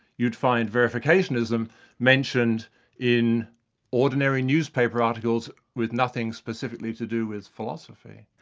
you'd find verificationism mentioned in ordinary newspaper articles with nothing specifically to do with philosophy.